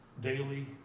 daily